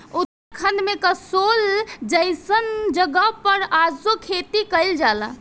उत्तराखंड में कसोल जइसन जगह पर आजो खेती कइल जाला